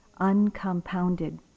uncompounded